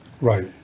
right